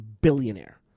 billionaire